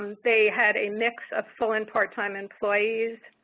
they had a mix of full and part-time employees.